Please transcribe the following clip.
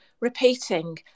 repeating